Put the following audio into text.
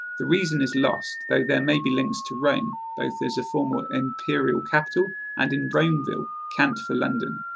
the reason is lost, though there may be links to rome, both as a former imperial capital and in romeville, cant for london.